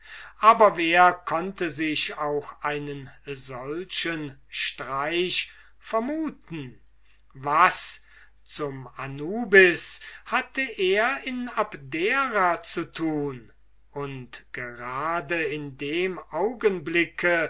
aber wer konnte sich auch eines solchen streichs vermuten sein was zum anubis hatte er in abdera zu tun und gerade in dem augenblick